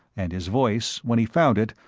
and his voice, when he found it,